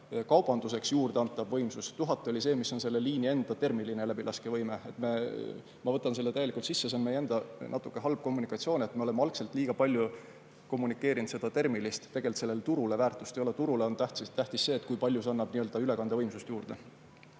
kaubanduseks juurde antav võimsus, 1000 oli see, mis on selle liini enda termiline läbilaskevõime. Ma võtan selle [vea] täielikult omaks, see on meie enda natuke halb kommunikatsioon, et me oleme algselt liiga palju kommunikeerinud seda termilist. Tegelikult sellel turule väärtust ei ole, turule on tähtis see, kui palju see annab ülekandevõimsust juurde.